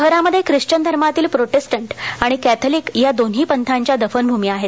शहरामध्ये ख्रिश्वन धर्मातील प्रोटेस्टंट आणि कॅथलिक यादोन्ही पंथाच्या दफनभूमी आहेत